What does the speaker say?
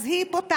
אז היא פותחת,